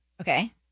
Okay